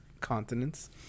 continents